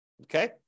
Okay